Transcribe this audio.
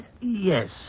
Yes